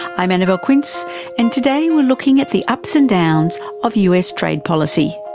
i'm annabelle quince and today we are looking at the ups and downs of us trade policy.